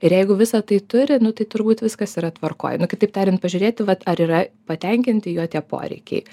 ir jeigu visa tai turi nu tai turbūt viskas yra tvarkoj nu kitaip tariant pažiūrėti vat ar yra patenkinti jo tie poreikiai